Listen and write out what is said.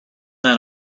that